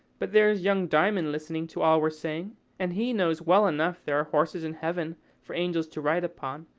but there's young diamond listening to all we're saying and he knows well enough there are horses in heaven for angels to ride upon,